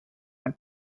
and